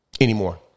Anymore